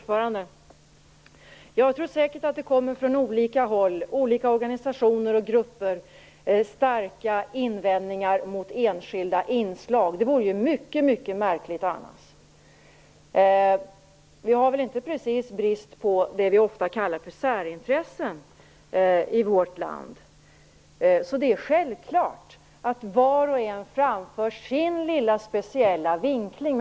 Fru talman! Ja, det kommer säkert från olika håll - från olika organisationer och grupper - starka invändningar mot enskilda inslag. Det vore ju mycket märkligt om det inte vore så. I vårt land råder det inte precis brist på vad som ofta kallas för särintressen. Det är en självklarhet att var och en framför sin lilla speciella vinkling.